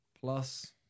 Plus